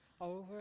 Over